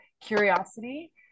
curiosity